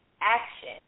action